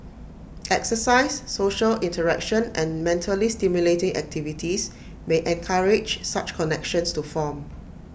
exercise social interaction and mentally stimulating activities may encourage such connections to form